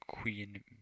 queen